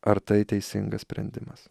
ar tai teisingas sprendimas